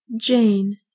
Jane